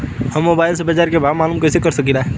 हम मोबाइल से बाजार के भाव मालूम कइसे कर सकीला?